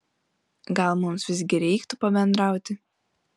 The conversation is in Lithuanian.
gal mums visgi reiktų pabendrauti